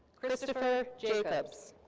christopher jacobs.